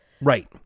Right